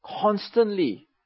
constantly